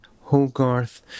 Hogarth